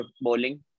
bowling